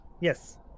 Yes